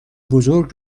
بزرگ